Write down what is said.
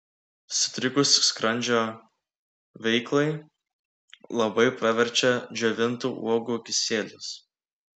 sutrikus skrandžio veiklai labai praverčia džiovintų uogų kisielius